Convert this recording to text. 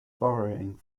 borrowing